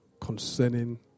concerning